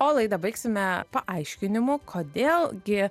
o laidą baigsime paaiškinimo kodėl gi